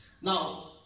Now